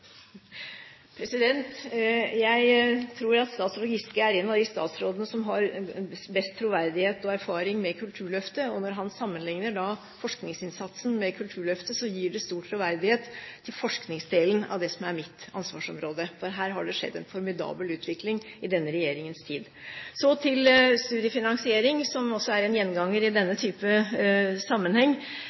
Jeg tror at statsråd Giske er en av de statsrådene som har størst troverdighet og erfaring med Kulturløftet. Når han sammenligner forskningsinnsatsen med Kulturløftet, gir det stor troverdighet til forskningsdelen, som er mitt ansvarsområde. Her har det skjedd en formidabel utvikling i denne regjeringens tid. Så til studiefinansiering, som også er en gjenganger i denne sammenheng.